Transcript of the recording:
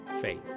faith